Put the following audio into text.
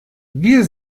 wir